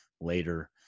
later